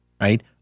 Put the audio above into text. right